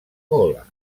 cola